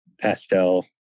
pastel